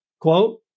quote